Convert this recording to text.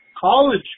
college